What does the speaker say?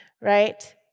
right